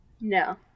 No